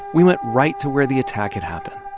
we went right to where the attack had happened.